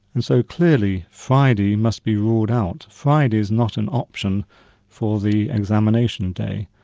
and so clearly friday must be ruled out. friday's not an option for the examination day.